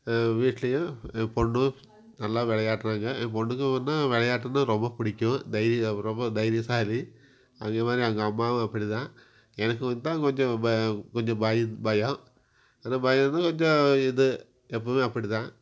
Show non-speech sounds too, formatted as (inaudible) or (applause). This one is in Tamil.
வீட்லையும் என் பொண்ணும் நல்லா விளையாடுறாங்க என் பொண்ணுக்கு (unintelligible) விளையாட்டுன்னா ரொம்ப பிடிக்கும் தைரியம் ரொம்ப தைரியசாலி அதேமாதிரி அவங்க அம்மாவும் அப்படி தான் எனக்கு மட்டும்தான் கொஞ்சம் ப கொஞ்சம் பயம் பயம் அந்த பயம் (unintelligible) கொஞ்சம் இது எப்பவுமே அப்படி தான்